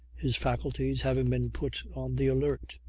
his faculties having been put on the alert,